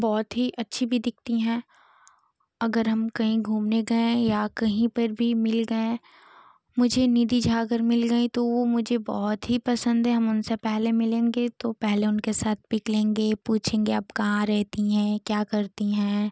बहुत ही अच्छी भी दिखती हैं अगर हम कहीं घूमने गए या कहीं पर भी मिल गए मुझे निधि झा अगर मिल गई तो वो मुझे बहुत ही पसंद हैं हम उनसे पहले मिलेंगे तो पहले उनके साथ पिक लेंगे पूछेंगे आप कहाँ रहती हैं क्या करती हैं